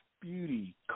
beauty